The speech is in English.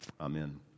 Amen